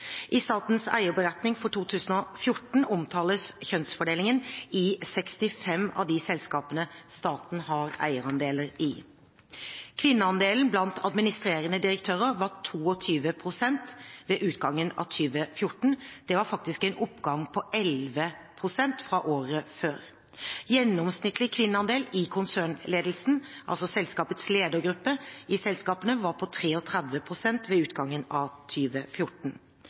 i styrer og toppledelse. I Statens eierberetning for 2014 omtales kjønnsfordelingen i 65 av de selskapene staten har eierandeler i: Kvinneandelen blant administrerende direktører var på 22 pst. ved utgangen av 2014 – det var faktisk en oppgang på 11 pst. fra året før. Gjennomsnittlig kvinneandel i konsernledelsen, altså selskapets ledergruppe, i selskapene var på 33 pst. ved utgangen av